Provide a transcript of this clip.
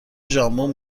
ژامبون